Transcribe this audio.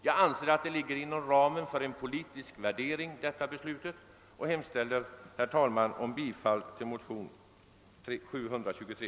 Jag anser att detta beslut ligger inom ramen för en politisk värdering, och jag hemställer, herr talman, om bifall till motionerna 1:6386 och II: 723.